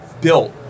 built